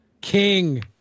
King